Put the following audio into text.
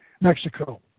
Mexico